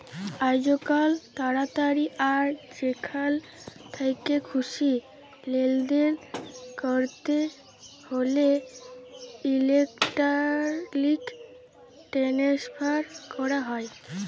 আইজকাল তাড়াতাড়ি আর যেখাল থ্যাকে খুশি লেলদেল ক্যরতে হ্যলে ইলেকটরলিক টেনেসফার ক্যরা হয়